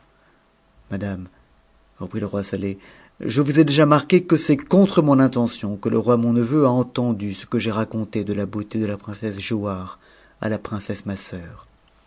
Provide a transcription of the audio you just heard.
madame reprit le roi sa h je vous ai déjà marque que c'p contre mon intention que le roi mon neveu a entendu ce que j'ai façon de la beauté de la princesse giaubare à la princesse ma sœur